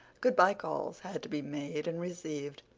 good-bye calls had to be made and received,